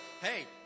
hey